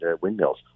windmills